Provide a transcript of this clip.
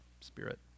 spirit